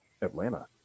atlanta